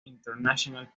international